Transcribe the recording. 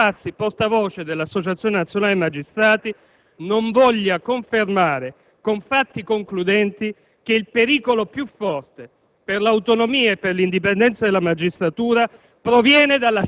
il magistrato deve avere una professionalità seria e verificata e non può comportarsi come un politico di professione, per di più estremista e fazioso, a meno che